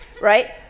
right